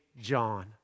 John